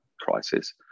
crisis